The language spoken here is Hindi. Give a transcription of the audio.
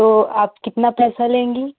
तो आप कितना पैसा लेंगी